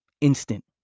Instant